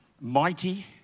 mighty